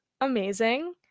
amazing